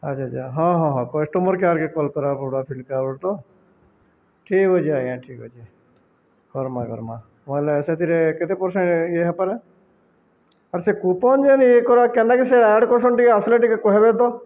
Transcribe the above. ଆଚ୍ଛା ଆଚ୍ଛା ହଁ ହଁ ହଁ କଷ୍ଟମର କେୟାରକେ କଲ୍ କରବା ପଡ଼୍ବା ଠିକ୍ ଅଛି ଆଜ୍ଞା ଠିକ୍ ଅଛି କର୍ମା କର୍ମା ନହଲେ ସେଥିରେ କେତେ ପରସେଣ୍ଟ ଇଏ ହେପାରେ ଆର୍ ସେ କୁପନ୍ ଯେନ୍ ଇ କର କେନ୍ତାକି ସେ ଆଡ଼୍ କରୁସନ୍ ଟିକେ ଆସିଲେ ଟିକେ କହିବେ ତ